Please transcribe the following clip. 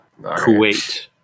Kuwait